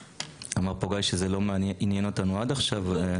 אמר פה גיא שזה לא עניין אותנו עד עכשיו.